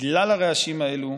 בגלל הרעשים האלה,